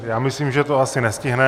Já myslím, že to asi nestihneme.